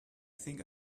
think